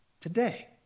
today